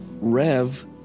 Rev